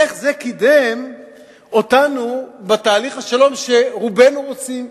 איך זה קידם אותנו בתהליך השלום שרובנו רוצים?